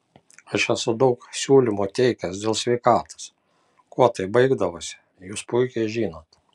aš esu daug siūlymų teikęs dėl sveikatos kuo tai baigdavosi jūs puikiai žinot